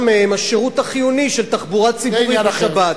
מהם השירות החיוני של תחבורה ציבורית בשבת.